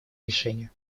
решения